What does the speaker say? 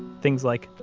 things like,